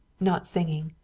not singing,